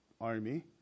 army